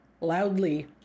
loudly